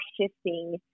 shifting